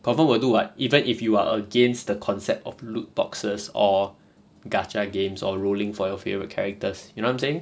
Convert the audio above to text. confirm will do [what] even if you are against the concept of loot boxes or gacha games or rolling for your favourite characters you know what I'm saying